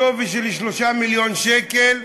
בשווי של 3 מיליון שקל,